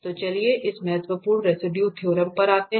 तो चलिए इस महत्वपूर्ण रेसिडुए थ्योरम पर आते हैं